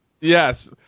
Yes